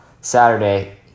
Saturday